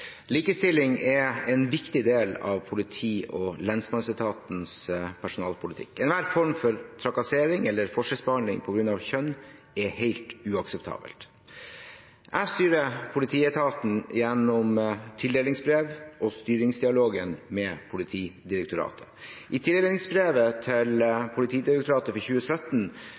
viktig del av politi- og lensmannsetatens personalpolitikk. Enhver form for trakassering eller forskjellsbehandling på grunn av kjønn er helt uakseptabel. Jeg styrer politietaten gjennom tildelingsbrev og styringsdialogen med Politidirektoratet. I tildelingsbrevet til Politidirektoratet for 2017